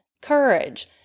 courage